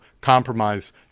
compromise